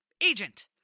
agent